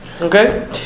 okay